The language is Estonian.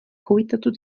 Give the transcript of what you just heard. huvitatud